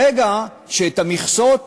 ברגע שאת המכסות,